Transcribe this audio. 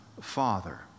father